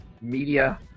Media